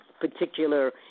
particular